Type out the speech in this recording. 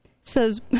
says